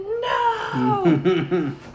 no